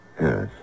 Yes